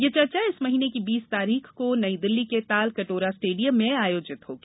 यह चर्चा इस महीने की बीस तारीख को नई दिल्ली के ताल केटोरा स्टेडियम में आयोजित होगी